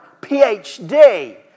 PhD